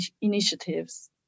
initiatives